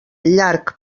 llarg